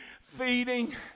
feeding